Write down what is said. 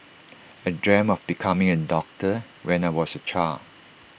I dreamt of becoming A doctor when I was A child